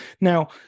Now